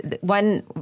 one